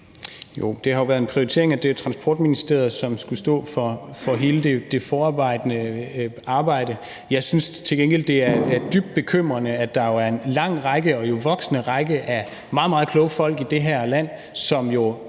Jo, det har jo været en prioritering, at det er Transportministeriet, som skulle stå for hele forarbejdet. Jeg synes jo til gengæld, det er dybt bekymrende, at der er en lang række – og en voksende række – af meget, meget kloge folk i det her land, som er